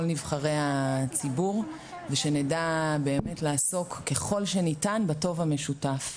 נבחרי הציבור ושנדע באמת לעסוק ככל שניתן בטוב המשותף.